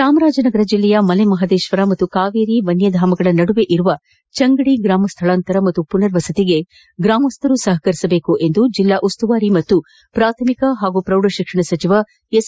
ಚಾಮರಾಜನಗರ ಜಿಲ್ಲೆಯ ಮಲೆಮಪದೇಶ್ವರ ಮತ್ತು ಕಾವೇರಿ ವನ್ಯಧಾಮಗಳ ನಡುವೆ ಇರುವ ಚಂಗಡಿ ಗ್ರಾಮ ಸ್ಥಳಾಂತರ ಹಾಗೂ ಮನರ್ ವಸತಿಗೆ ಗ್ರಾಮಸ್ಥರು ಸಪಕರಿಸಬೇಕು ಎಂದು ಜಿಲ್ಲಾ ಉಸ್ತುವಾರಿ ಪಾಗೂ ಪ್ರಾಥಮಿಕ ಹಾಗೂ ಪ್ರೌಢಶಿಕ್ಷಣ ಸಚಿವ ಎಸ್